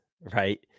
right